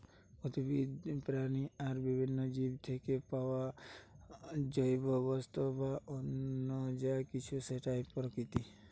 উদ্ভিদ, প্রাণী আর বিভিন্ন জীব থিকে পায়া জৈব বস্তু বা অন্য যা কিছু সেটাই প্রাকৃতিক